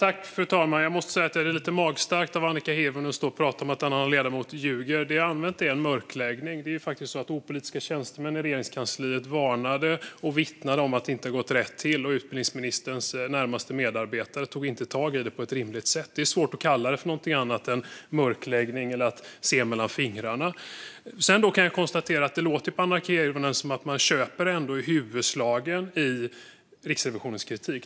Fru talman! Jag måste säga att det är lite magstarkt av Annika Hirvonen att stå och prata om att en annan ledamot ljuger. Det ord jag använt är "mörkläggning". Det var faktiskt så att politiska tjänstemän i Regeringskansliet varnade och vittnade om att det inte hade gått rätt till, och utbildningsministerns närmaste medarbetare tog inte tag i det på ett rimligt sätt. Det är svårt att kalla det någonting annat än mörkläggning eller att man såg mellan fingrarna. Det låter på Annika Hirvonen som att man köper huvuddragen i Riksrevisionens kritik.